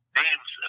names